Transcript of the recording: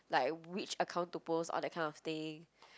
like which account to post on that kind of thing